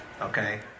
okay